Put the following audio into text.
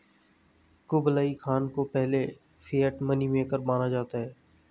Kublai Khan को पहले fiat money maker माना जाता है